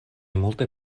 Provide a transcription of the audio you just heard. multe